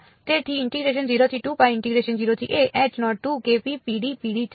તેથી